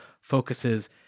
focuses